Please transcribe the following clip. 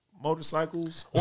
motorcycles